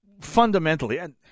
fundamentally—and